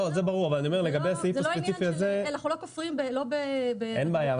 אנחנו לא כופרים לא ב --- אין בעיה.